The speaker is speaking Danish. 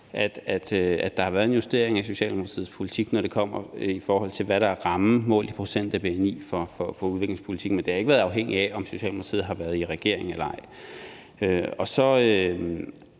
at der har været en justering af Socialdemokratiets politik, når det kommer til, hvad der er rammen målt i procent af bni for udviklingspolitikken, men det har ikke været afhængigt af, om Socialdemokratiet har været i regering eller ej. Så